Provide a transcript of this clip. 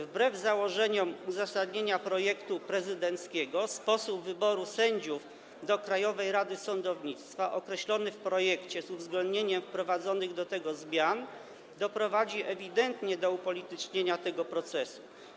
Wbrew założeniom uzasadnienia projektu prezydenckiego sposób wyboru sędziów do Krajowej Rady Sądownictwa, określony w projekcie, z uwzględnieniem wprowadzonych do niego zmian, doprowadzi ewidentnie do upolitycznienia tego procesu.